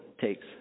takes